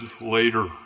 later